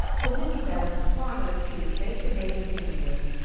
wouldn't it be better and smarter to fake the data to begin with,